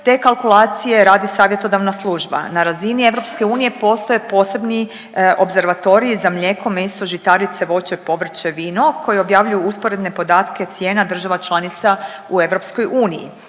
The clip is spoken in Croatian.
te kalkulacije radi savjetodavna služba. Na razini EU postoje posebni opservatoriji za mlijeko, meso, žitarice, voće, povrće, vino koji objavljuju usporedne podatke cijena država članica u EU.